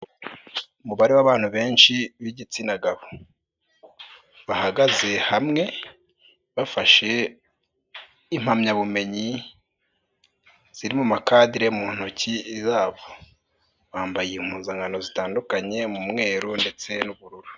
Umubare w'abantu benshi b'igitsina gabo bahagaze hamwe bafashe impamyabumenyi ziri mu makadire mu ntoki zabo, bambaye impuzankano zitandukanye mu mwe ndetse n'ubururu.